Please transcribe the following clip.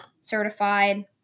certified